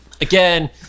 Again